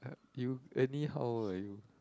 you any how old are you